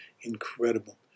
incredible